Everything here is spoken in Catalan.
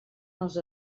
els